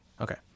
Okay